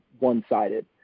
one-sided